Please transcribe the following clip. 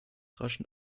raschen